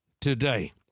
today